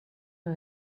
who